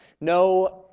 no